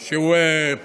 שהוא, אשר,